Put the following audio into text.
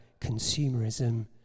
consumerism